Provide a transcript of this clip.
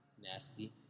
Nasty